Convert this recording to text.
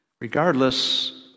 Regardless